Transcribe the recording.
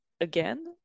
again